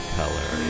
color